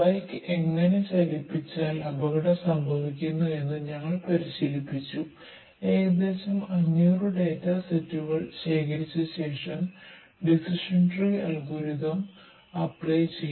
bike ചെയ്തു